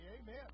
Amen